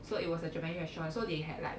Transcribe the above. so it was a japanese restaurant so they had like